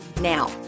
now